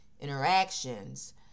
interactions